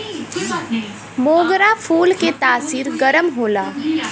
मोगरा फूल के तासीर गरम होला